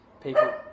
people